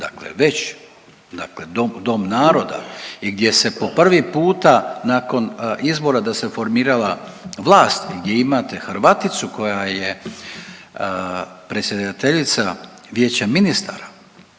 dakle već dakle Dom naroda i gdje se po prvi puta nakon izbora da se formirala vlast gdje imate Hrvaticu koja je predsjedateljica Vijećem ministara.